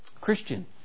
Christian